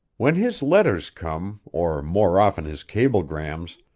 when his letters come, or more often his cablegrams,